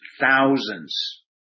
Thousands